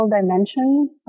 dimension